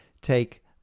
Take